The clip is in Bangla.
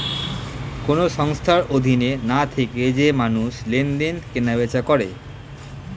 কোন সংস্থার অধীনে না থেকে যে মানুষ লেনদেন, কেনা বেচা করে